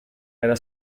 era